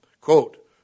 Quote